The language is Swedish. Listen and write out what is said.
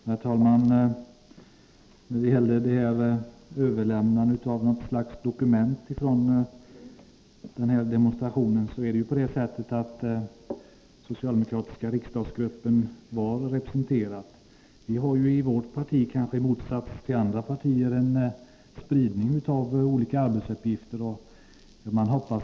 Herr talman! När det gällde överlämnandet av något slags dokument från demonstrationen var faktiskt den socialdemokratiska riksdagsgruppen representerad. Vi har i vårt parti, kanske i motsats till andra partier, en spridning av olika arbetsuppgifter.